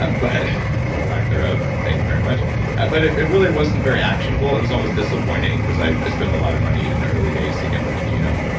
ah and but or lack thereof, thank you very much but it it really wasn't very actionable it was almost disappointing because i'd spent a lot of money in the early days to get my genome,